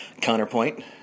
counterpoint